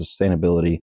sustainability